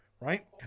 right